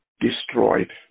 destroyed